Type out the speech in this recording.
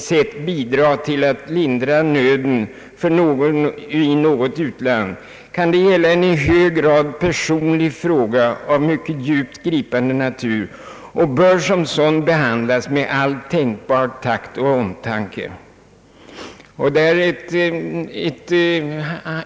sätt bidra till att lindra nöden för någon i ett u-land kan det gälla en i hög grad personlig fråga av mycket djupt gripande natur. Frågan bör som sådan behandlas med all tänkbar takt och omtanke.